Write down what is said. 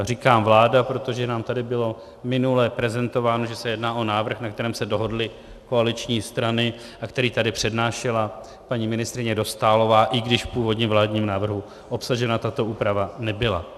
Říkám vláda, protože nám tady bylo minule prezentováno, že se jedná o návrh, na kterém se dohodly koaliční strany a který tady přednášela paní ministryně Dostálová, i když původně ve vládním návrhu obsažena tato úprava nebyla.